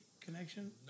connection